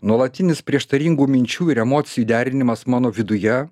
nuolatinis prieštaringų minčių ir emocijų derinimas mano viduje